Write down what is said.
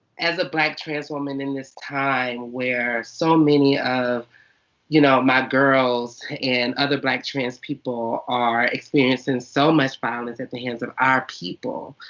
as a black trans woman in this time, where so many of you know my girls and other black trans people are experiencing so much violence at the hands of our people,